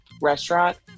restaurant